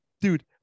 dude